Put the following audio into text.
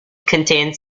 contains